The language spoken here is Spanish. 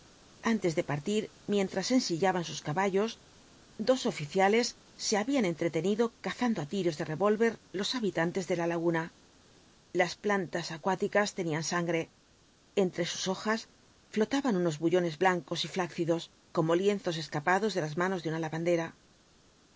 antes de partir mientras ensillaban sus caballos dos oficiales se habían entretenido cazando á tiros de revólver los habitantes de la laguna las plantas acuáticas tenían sangre entre sus hojas flotaban unos bullones blancos y flácidos como lienzos escapados de las manos de una lavandera